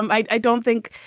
i don't think,